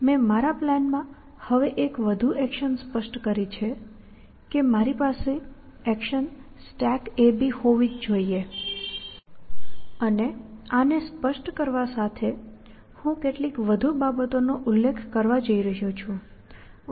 મેં મારા પ્લાનમાં હવે એક વધુ એક્શન સ્પષ્ટ કરી છે કે મારી પાસે એક્શન StackAB હોવી જ જોઈએ અને આને સ્પષ્ટ કરવા સાથે હું કેટલીક વધુ બાબતોનો ઉલ્લેખ કરવા જઇ રહ્યો છું